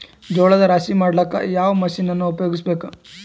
ಜೋಳದ ರಾಶಿ ಮಾಡ್ಲಿಕ್ಕ ಯಾವ ಮಷೀನನ್ನು ಉಪಯೋಗಿಸಬೇಕು?